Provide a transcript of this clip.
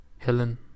Helen